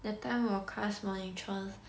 that time 我 class monitress